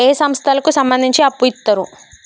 ఏ సంస్థలకు సంబంధించి అప్పు ఇత్తరు?